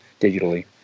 digitally